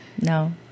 no